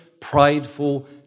prideful